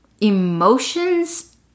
emotions